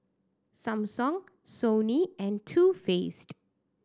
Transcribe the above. Samsung Sony and Too Faced